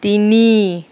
তিনি